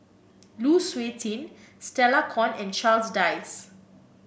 Lu Suitin Stella Kon and Charles Dyce